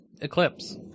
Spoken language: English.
eclipse